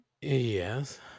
Yes